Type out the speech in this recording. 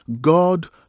God